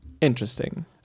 Interesting